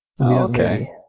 Okay